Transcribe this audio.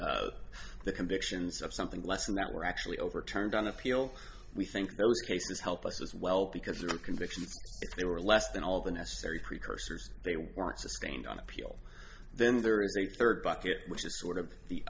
which the convictions of something less than that were actually overturned on appeal we think there are cases help us as well because there are convictions there were less than all the necessary precursors they weren't sustained on appeal then there is a third bucket which is sort of the